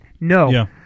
no